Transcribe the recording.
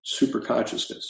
superconsciousness